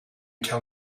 tell